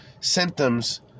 symptoms